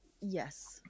Yes